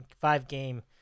five-game